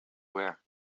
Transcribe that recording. wear